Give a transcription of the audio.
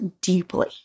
deeply